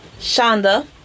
Shonda